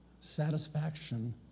satisfaction